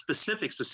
specifics